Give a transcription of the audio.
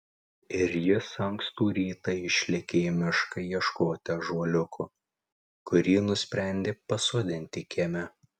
ir jis ankstų rytą išlėkė į mišką ieškoti ąžuoliuko kurį nusprendė pasodinti kieme